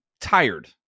tired